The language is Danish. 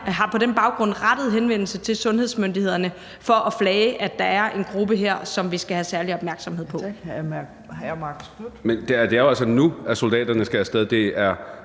har på den baggrund rettet henvendelse til sundhedsmyndighederne for at flage, at der her er en gruppe, som vi skal have særlig opmærksomhed på.